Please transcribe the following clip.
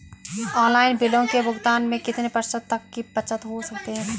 Online बिलों के भुगतान में कितने प्रतिशत तक की बचत हो सकती है?